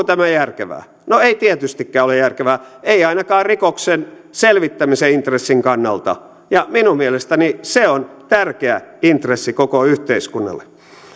tämä järkevää no ei tietystikään ole järkevää ei ainakaan rikoksen selvittämisen intressin kannalta ja minun mielestäni se on tärkeä intressi koko yhteiskunnalle